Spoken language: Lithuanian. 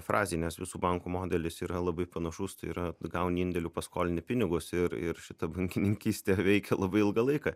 frazei nes visų bankų modelis yra labai panašus tai yra gauni indėlių paskolini pinigus ir ir šita bankininkystė veikia labai ilgą laiką